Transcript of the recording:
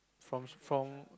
from from